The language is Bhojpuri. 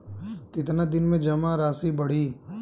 कितना दिन में जमा राशि बढ़ी?